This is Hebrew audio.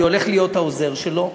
אני הולך להיות העוזר שלו,